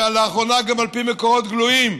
ולאחרונה גם על פי מקורות גלויים,